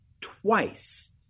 twice